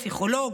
פסיכולוג,